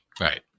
Right